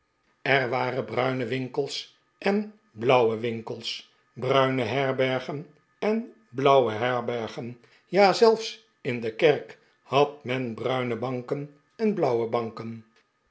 er waren bruine winkels en blauwe winkels bruine herbergen en blauwe herbergen ja zelfs in de kerk had men bruine banken en blauwe banken